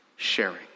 Sharing